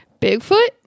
Bigfoot